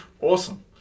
awesome